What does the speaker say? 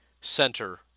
center